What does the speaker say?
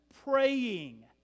praying